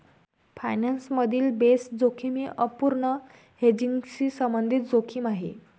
finance मधील base जोखीम ही अपूर्ण हेजिंगशी संबंधित जोखीम आहे